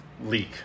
leak